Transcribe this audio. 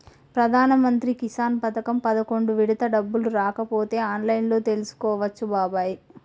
ప్రధానమంత్రి కిసాన్ పథకం పదకొండు విడత డబ్బులు రాకపోతే ఆన్లైన్లో తెలుసుకోవచ్చు బాబాయి